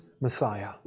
Messiah